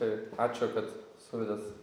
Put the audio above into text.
taip ačiū kad suvedėt